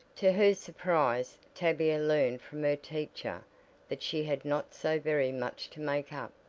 to her surprise tavia learned from her teacher that she had not so very much to make up,